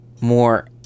more